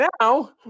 now